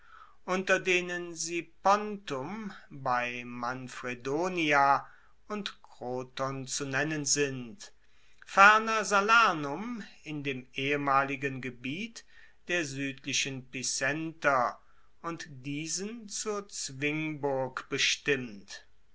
unter denen sipontum bei manfredonia und kroton zu nennen sind ferner salernum in dem ehemaligen gebiet der suedlichen picenter und diesen zur zwingburg bestimmt